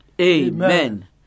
Amen